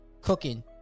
cooking